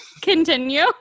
continue